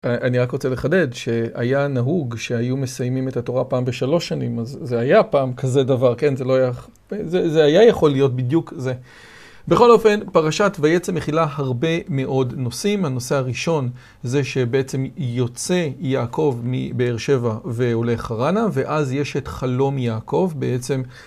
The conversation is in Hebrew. אני רק רוצה לחדד, שהיה נהוג שהיו מסיימים את התורה פעם בשלוש שנים, אז זה היה פעם כזה דבר, כן? זה לא היה... זה היה יכול להיות בדיוק זה. בכל אופן, פרשת ויצא מכילה הרבה מאוד נושאים. הנושא הראשון זה שבעצם יוצא יעקב מבאר שבע ועולה חרנה, ואז יש את חלום יעקב בעצם.